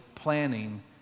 planning